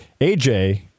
aj